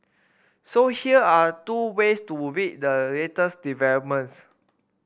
so here are two ways to read the latest developments